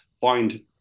find